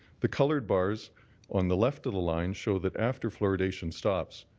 the coloured bars on the left of the line show that after fluoridation stops,